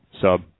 Sub